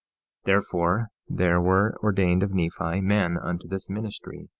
therefore, there were ordained of nephi, men unto this ministry,